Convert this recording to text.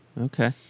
okay